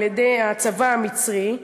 על-ידי הצבא המצרי,